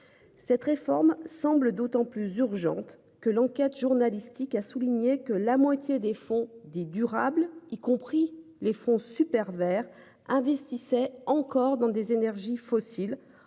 Cette réforme semble d'autant plus urgente que l'enquête journalistique a souligné que la moitié des fonds dits durables, y compris les fonds super verts investissait encore dans des énergies fossiles